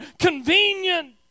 convenient